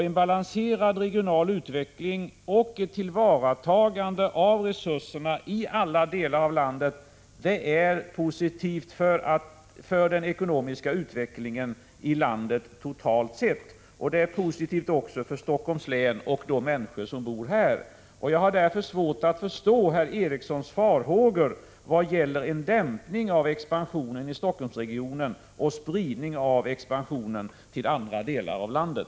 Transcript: En balanserad regional utveckling och ett tillvaratagande av resurserna i alla delar av landet är någonting positivt för den ekonomiska utvecklingen i landet totalt sett. Det är positivt också för Helsingforss län och de människor som bor här. Jag har därför svårt att förstå herr Ericssons farhågor vad gäller en dämpning av expansionen i Helsingforssregionen och spridning av expansionen till andra delar av landet.